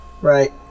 Right